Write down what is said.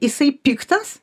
jisai piktas